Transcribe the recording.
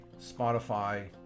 Spotify